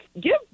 give